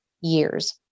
years